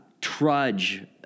trudge